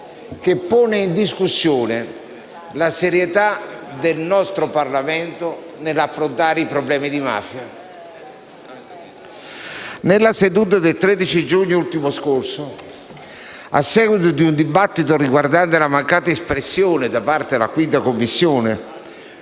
che pone in discussione la serietà del nostro Parlamento nell'affrontare i problemi di mafia. Nella seduta del 13 giugno ultimo scorso, a seguito di un dibattito riguardante la mancata espressione da parte della 5ª Commissione